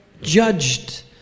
judged